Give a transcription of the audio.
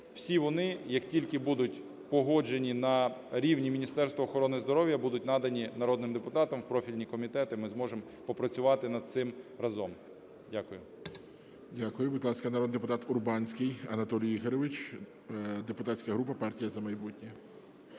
Всі вони, як тільки будуть погоджені на рівні Міністерства охорони здоров'я, будуть надані народним депутатам в профільні комітети, ми зможемо попрацювати над цим разом. Дякую. ГОЛОВУЮЧИЙ. Дякую. Будь ласка, народний депутат Урбанський Анатолій Ігорович, депутатська група "Партія "За майбутнє".